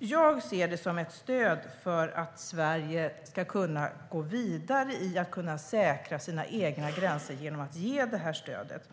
Jag ser det som ett stöd för att Sverige ska kunna gå vidare med att säkra sina egna gränser genom att ge det här stödet.